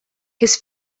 his